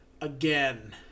again